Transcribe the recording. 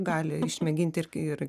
gali išmėginti ir kai ir